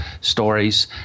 stories